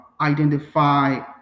identify